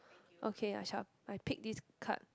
ok I sharp I pick this card